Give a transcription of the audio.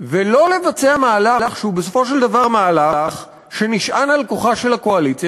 ולא לבצע מהלך שהוא בסופו של דבר מהלך שנשען על כוחה של הקואליציה.